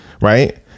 right